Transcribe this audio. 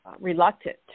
reluctant